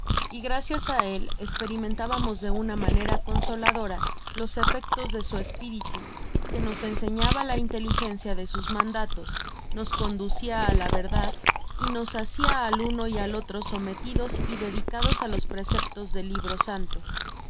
y gracias á él osperim entábamos de una manera consoladora los efectos de su espiritu que nos enseñaba la inteligencia de sus mandatos nos condueia á la verdad y nos hacia al uno y al otro sometidos y dedicados á los preceptos del libro santo de